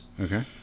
Okay